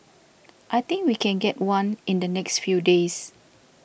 I think we can get one in the next few days